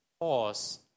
pause